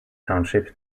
township